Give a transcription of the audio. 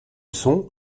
son